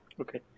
Okay